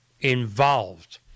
involved